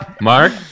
Mark